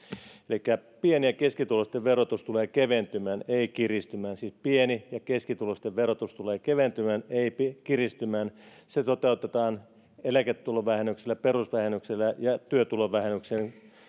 elikkä pieni ja keskituloisten verotus tulee keventymään ei kiristymään siis pieni ja keskituloisten verotus tulee keventymään ei kiristymään se toteutetaan eläketulovähennyksellä perusvähennyksellä ja työtulovähennyksen